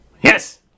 yes